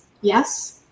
yes